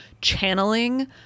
channeling